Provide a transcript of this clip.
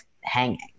hanging